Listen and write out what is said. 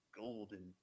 golden